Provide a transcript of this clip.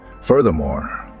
Furthermore